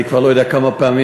אני כבר לא יודע כמה פעמים,